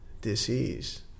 disease